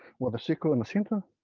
with the sickle in the center.